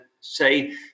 say